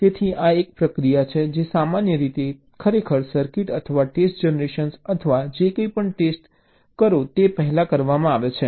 તેથી આ એક પ્રક્રિયા છે જે સામાન્ય રીતે તમે ખરેખર સર્કિટ અથવા ટેસ્ટ જનરેશન અથવા જે કંઈ પણ ટેસ્ટ કરો તે પહેલાં કરવામાં આવે છે